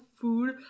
food